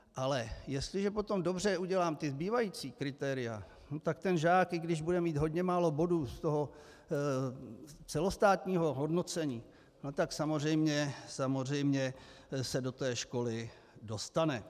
Ale jestliže potom dobře udělám ta zbývající kritéria, tak ten žák, i když bude mít hodně málo bodů z toho celostátního hodnocení, se samozřejmě do té školy dostane.